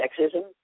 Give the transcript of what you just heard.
Sexism